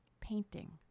painting